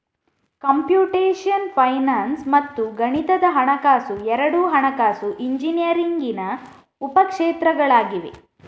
computational finance ಮತ್ತು ಗಣಿತದ ಹಣಕಾಸು ಎರಡೂ ಹಣಕಾಸು ಇಂಜಿನಿಯರಿಂಗಿನ ಉಪ ಕ್ಷೇತ್ರಗಳಾಗಿವೆ